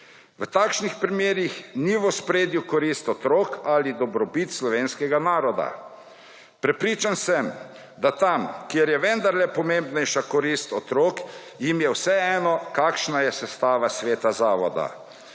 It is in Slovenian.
V takšnih primerih ni v ospredju korist otrok ali dobrobit slovenskega naroda. Prepričan sem, da tam, kjer je vendarle pomembnejša korist otrok, jim je vseeno, kakšna je sestava sveta zavoda.